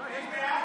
רגע.